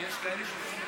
לא הבעיה.